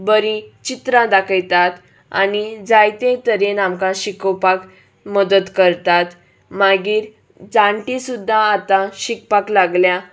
बरीं चित्रां दाखयतात आनी जायते तरेन आमकां शिकोवपाक मदत करतात मागीर जाणटी सुद्दा आतां शिकपाक लागल्या